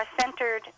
centered